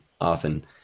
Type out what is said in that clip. often